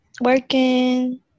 working